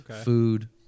food